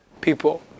people